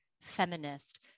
feminist